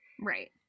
Right